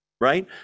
right